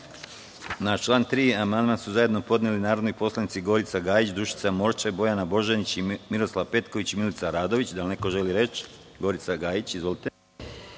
Na član 3. amandman su zajedno podneli narodni poslanici Gorica Gajić, Dušica Morčev, Bojana Božanić, Miroslav Petković i Milica Radović. Da li neko želi reč? (Da)Reč ima